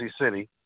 city